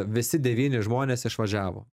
visi devyni žmonės išvažiavo